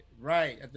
right